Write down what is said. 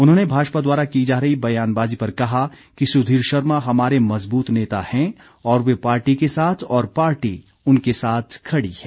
उन्होंने भाजपा द्वारा की जा रही बयानबाजी पर कहा कि सुधीर शर्मा हमारे मजबूत नेता हैं और वे पार्टी के साथ और पार्टी उनके साथ खड़ी है